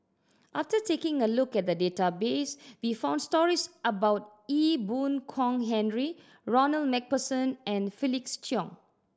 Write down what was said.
after taking a look at the database we found stories about Ee Boon Kong Henry Ronald Macpherson and Felix Cheong